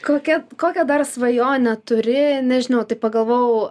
kokia kokią dar svajonę turi nežinau taip pagalvoau